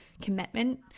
commitment